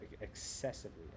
excessively